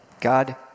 God